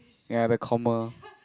ya the comma